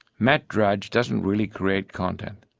matt drudge doesn't really create content.